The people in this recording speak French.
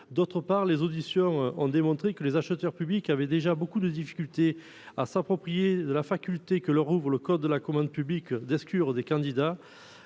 D'autre part, les auditions ont démontré que les acheteurs publics avaient déjà beaucoup de difficulté à s'approprier la faculté que leur ouvre le code de la commande publique d'exclure des candidats.